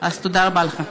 אז תודה רבה לך.